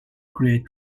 create